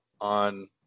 on